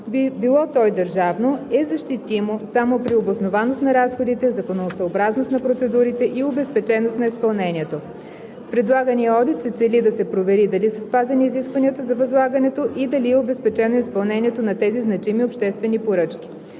било то и държавно, е „защитимо“ само при обоснованост на разходите, законосъобразност на процедурите и обезпеченост на изпълнението. С предлагания одит се цели да се провери дали са спазени изискванията за възлагането и дали е обезпечено изпълнението на тези значими обществени поръчки.